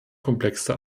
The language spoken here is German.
komplexe